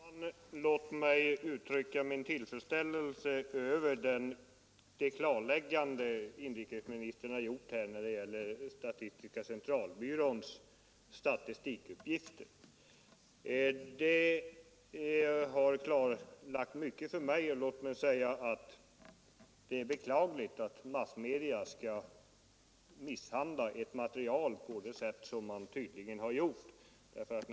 Herr talman! Låt mig uttrycka min tillfredsställelse över det klarläggande inrikesministern har gjort när det gäller statistiska centralbyråns statistikuppgifter. Det har klarlagt mycket för mig, och låt mig säga att det är beklagligt att massmedia skall misshandla ett material på det sätt som tydligen skett.